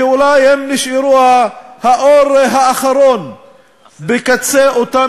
שהם אולי נשארו האור האחרון בקצה אותה